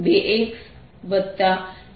V2xxzy2 છે